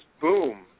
boom